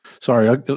Sorry